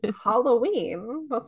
Halloween